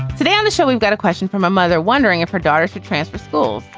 today on the show, we've got a question from a mother wondering if her daughter should transfer school